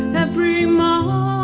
every um ah